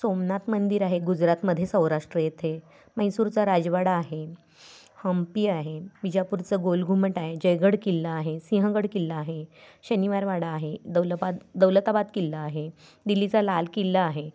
सोमनाथ मंदिर आहे गुजरातमध्ये सौराष्ट्र येथे मैसूरचा राजवाडा आहे हम्पी आहे विजापूरचं गोलघुमट आहे जयगड किल्ला आहे सिंहगड किल्ला आहे शनिवारवाडा आहे दौलबाद दौलताबाद किल्ला आहे दिल्लीचा लाल किल्ला आहे